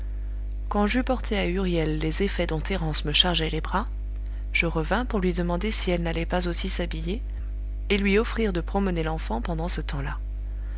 quand j'eus porté à huriel les effets dont thérence me chargeait les bras je revins pour lui demander si elle n'allait pas aussi s'habiller et lui offrir de promener l'enfant pendant ce temps-là